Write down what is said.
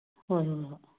ꯍꯣꯏ ꯍꯣꯏ ꯍꯣꯏ